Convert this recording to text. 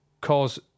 cause